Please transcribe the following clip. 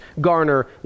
garner